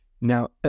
Now